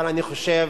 אבל אני חושב